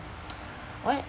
what